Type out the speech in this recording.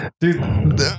dude